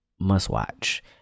must-watch